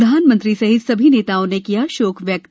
प्रधानमंत्री सहित सभी नेताओं ने किया शोक व्यक्त